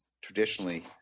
traditionally –